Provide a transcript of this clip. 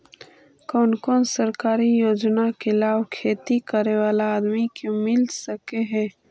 कोन कोन सरकारी योजना के लाभ खेती करे बाला आदमी के मिल सके हे?